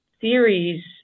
theories